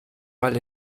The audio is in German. mal